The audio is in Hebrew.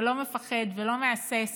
שלא מפחד ולא מהסס